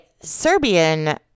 Serbian